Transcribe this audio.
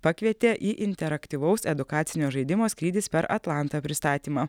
pakvietė į interaktyvaus edukacinio žaidimo skrydis per atlantą pristatymą